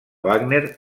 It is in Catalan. wagner